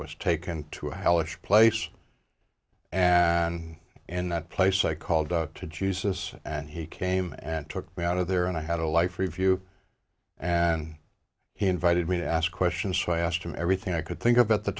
was taken to a hellish place and in that place i called out to juices and he came and took me out of there and i had a life review and he invited me to ask questions so i asked him everything i could think of at the